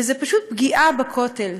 וזו פשוט פגיעה בכותל,